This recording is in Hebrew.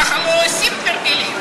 ככה לא עושים תרגילים.